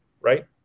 right